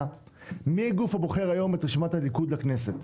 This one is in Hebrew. מי הגוף הבוחר היום את רשימת הליכוד לכנסת?